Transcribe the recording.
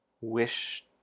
wish